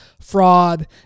fraud